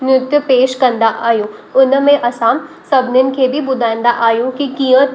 नृत्य पेश कंदा आहियूं उनमें असां सभिनीनि खे बि ॿुधाइंदा आहियूं कि कीअं